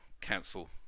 council